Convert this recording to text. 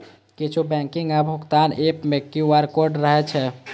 किछु बैंकिंग आ भुगतान एप मे क्यू.आर कोड रहै छै